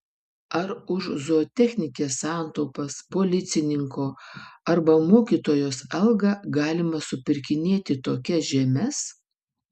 ar už zootechnikės santaupas policininko arba mokytojos algą galima supirkinėti tokias žemes